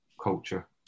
culture